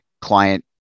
client